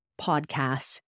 podcasts